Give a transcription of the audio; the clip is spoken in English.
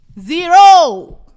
Zero